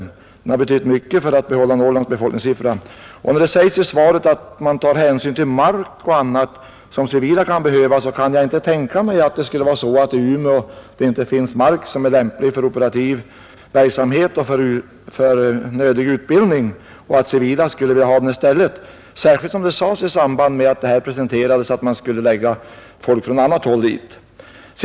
Umeå har betytt mycket för att behålla människor i Norrland, När det sägs i svaret att det är viktigt att det civila samhällets anspråk på t.ex. mark beaktas så kan jag inte tänka mig att det inte skulle finnas mark i Umeå som inte är lämplig för operativ verksamhet och för nödig utbildning som det civila samhället inte kan avvara, När förslaget om denna omflyttning presenterades sades det ju också att man skulle förlägga militär från annat håll till Umeå.